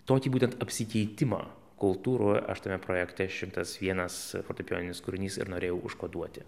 tokį būtent apsikeitimą kultūrų aš tame projekte šimtas vienas fortepijoninis kūrinys ir norėjau užkoduoti